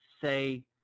say